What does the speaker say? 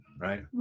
Right